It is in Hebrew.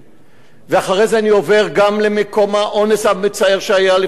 ואחרי זה אני עובר גם למקום האונס המצער שהיה לפני שבוע,